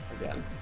again